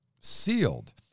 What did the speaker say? Sealed